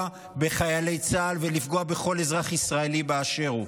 בחיילי צה"ל ולפגוע בכל אזרח ישראלי באשר הוא.